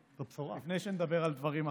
לפני שנדבר על דברים אחרים.